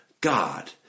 God